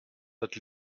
that